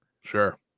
Sure